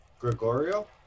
Gregorio